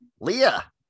Leah